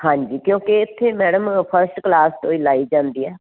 ਹਾਂਜੀ ਕਿਉਂਕਿ ਇੱਥੇ ਮੈਡਮ ਫਸਟ ਕਲਾਸ ਤੋਂ ਇਹ ਲਾਈ ਜਾਂਦੀ ਹੈ